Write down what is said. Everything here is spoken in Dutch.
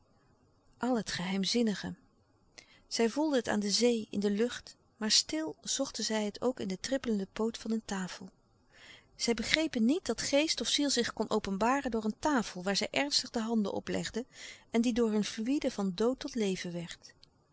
al het geheimzinnige zij voelden het aan de zee in de lucht maar stil zochten zij het ook in de trippelende poot van een tafel zij begrepen niet dat geest of ziel zich kon openbaren door een tafel waar zij ernstig de handen oplegden en die door hun fluïde van dood tot leven werd